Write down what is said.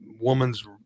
woman's